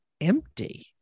empty